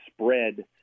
spread